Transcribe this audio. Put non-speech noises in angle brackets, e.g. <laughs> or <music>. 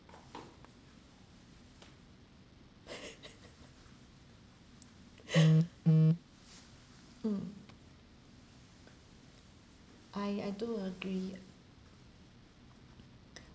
<laughs> <breath> mm I I do agree